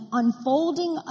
unfolding